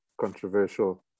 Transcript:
controversial